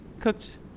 cooked